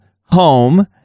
home